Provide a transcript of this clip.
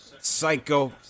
psycho